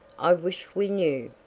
i wish we knew!